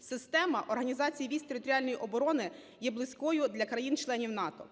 Система організації військ територіальної оборони є близькою для країн-членів НАТО.